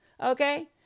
okay